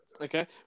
Okay